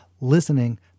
Listening